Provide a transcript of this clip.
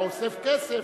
ואתה אוסף כסף.